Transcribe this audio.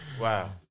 Wow